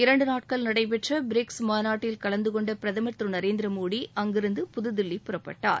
இரண்டு நாட்கள் நடைபெற்ற பிரிக்ஸ் மாநாட்டில் கலந்து கொண்ட பிரதமர் திரு மோடி அங்கிருந்து புதுதில்லி புறப்பட்டார்